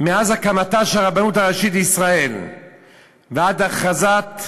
שמאז הקמתה של הרבנות הראשית לישראל ועד הכרזת,